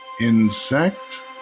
insect